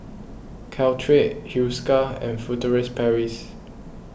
Caltrate Hiruscar and Furtere Paris